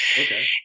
Okay